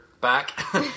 back